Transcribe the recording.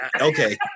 okay